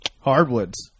hardwoods